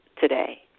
today